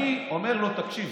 אני אומר לו: תקשיב,